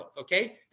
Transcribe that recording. okay